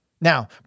Now